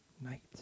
night